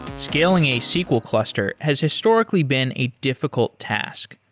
scaling a sql cluster has historically been a difficult task.